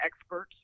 experts